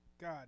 God